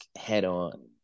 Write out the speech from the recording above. head-on